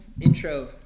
Intro